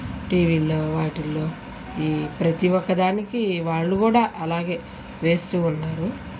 టీవీల్లో వాటిలో ఈ ప్రతీ ఒక్కదానికి వాళ్ళు కూడా అలాగే వేస్తూ ఉన్నారు